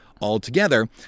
altogether